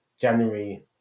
January